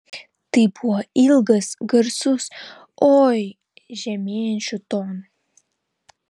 tai buvo ilgas garsus oi žemėjančiu tonu